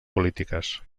polítiques